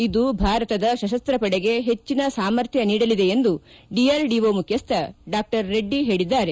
ಇದು ಭಾರತದ ಸಶಸ್ವವಡೆಗೆ ಹೆಚ್ಚಿನ ಸಾಮರ್ಥ್ಯ ನೀಡಲಿದೆ ಎಂದು ಡಿಆರ್ಡಿಒ ಮುಖ್ಯಸ್ಥ ಡಾ ರೆಡ್ಡಿ ಪೇಳಿದ್ದಾರೆ